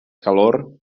calor